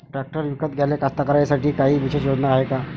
Tractor विकत घ्याले कास्तकाराइसाठी कायी विशेष योजना हाय का?